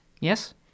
Yes